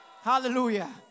Hallelujah